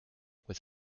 with